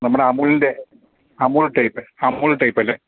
നമ്മുടെ അമൂലിൻ്റെ Amul type Amul type അല്ലേ